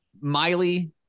miley